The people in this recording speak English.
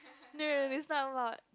no no no is not about